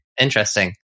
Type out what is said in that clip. Interesting